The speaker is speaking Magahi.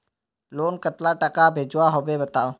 लोन कतला टाका भेजुआ होबे बताउ?